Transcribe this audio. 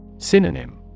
Synonym